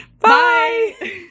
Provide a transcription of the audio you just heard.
Bye